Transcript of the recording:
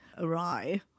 awry